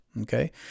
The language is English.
Okay